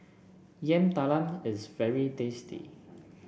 Yam Talam is very tasty